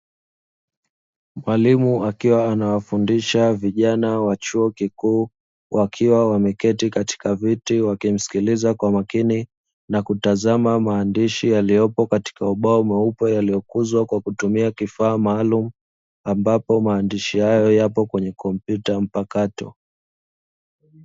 Mwalimu akiwa anawafundisha vijana wa chuo kikuu, wakiwa wameketi katika viti wakimsikiliza kwa makini na kutazama maandishi yaliyopo katika ubao mweupe yaliyokuzwa kwa kutumia kifaa maalumu, ambapo maandishi yao yapo kwenye kompyuta mpakato.